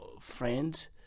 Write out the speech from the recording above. friends